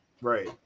Right